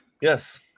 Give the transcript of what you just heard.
Yes